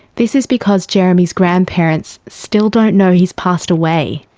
this is because jeremy's grandparents still don't know he's passed away.